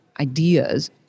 ideas